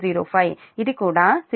05 ఇది కూడా 0